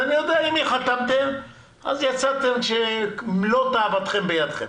אני יודע שיצאתם עם מלוא תאוותכם בידכם.